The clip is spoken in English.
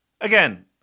again